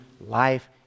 life